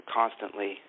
constantly